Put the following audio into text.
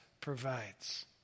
provides